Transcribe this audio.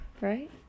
right